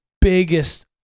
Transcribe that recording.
biggest